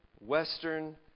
Western